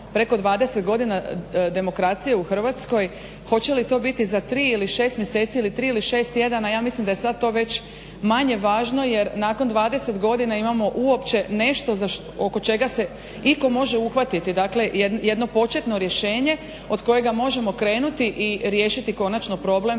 preko 20 godina demokraciju u Hrvatskoj. Hoće li to biti za tri ili šest mjeseci ili tri ili šest tjedana, ja mislim da je to sad već manje važno jer nakon 20 godina imamo uopće nešto za, oko čega se itko može uhvatiti, dakle jedno početno rješenje od kojega možemo krenuti i riješiti konačno problem